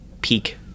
peak